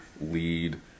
lead